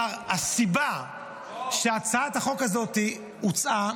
שהסיבה שהצעת החוק הזאת הוצעה